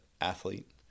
athlete